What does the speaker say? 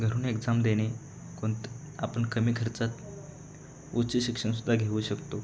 घरून एक्झाम देणे कोणतं आपण कमी खर्चात उच्च शिक्षण सुद्धा घेऊ शकतो